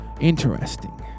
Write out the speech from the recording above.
interesting